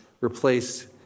replace